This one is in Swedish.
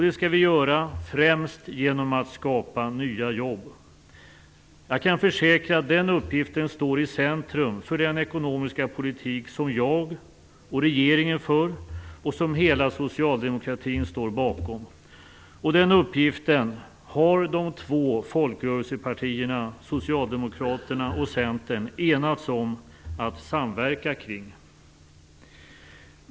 Det skall vi göra främst genom att skapa nya jobb. Jag kan försäkra att den uppgiften står i centrum för den ekonomiska politik som jag och regeringen för och som hela socialdemokratin står bakom. Den uppgiften har de två folkrörelsepartierna Socialdemokraterna och Centern enats om att samverka kring.